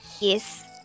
Yes